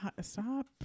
stop